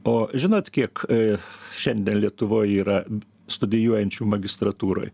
o žinot kiek šiandien lietuvoj yra studijuojančių magistrantūroj